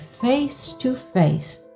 face-to-face